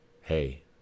hey